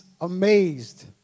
amazed